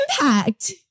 impact